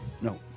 no